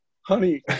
honey